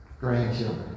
Grandchildren